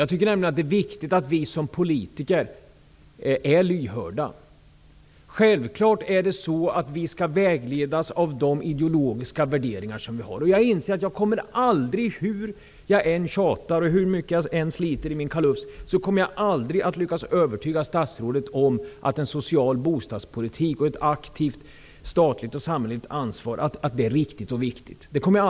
Jag tycker att det är viktigt att vi som politiker är lyhörda. Självfallet skall vi vägledas av våra ideologiska värderingar. Jag inser att hur mycket jag än tjatar och sliter min kalufs kommer jag aldrig att lyckas övertyga statsrådet om att en social bostadspolitik och ett aktivt statligt och samhälleligt ansvar är riktigt och viktigt.